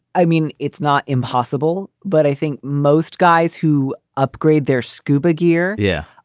i mean it's not impossible, but i think most guys who upgrade their scuba gear. yeah.